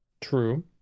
True